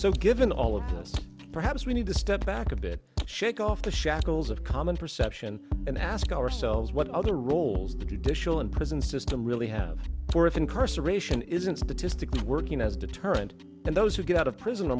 so given all of this perhaps we need to step back a bit shake off the shackles of common perception and ask ourselves what other roles the judicial and prison system really have or if incarceration isn't statistically working as a deterrent and those who get out of prison